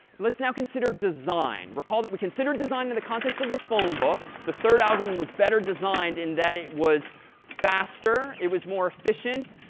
let's now consider design. recall that we considered design in the context of the phone book. the third algorithm was better designed in that it was faster, it was more efficient,